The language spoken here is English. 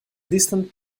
distant